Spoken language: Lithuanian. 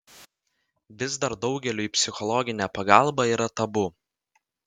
vis dar daugeliui psichologinė pagalba yra tabu